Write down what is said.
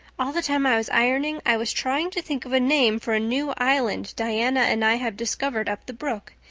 all the time i was ironing i was trying to think of a name for a new island diana and i have discovered up the brook.